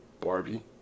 Barbie